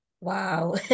Wow